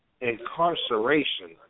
incarceration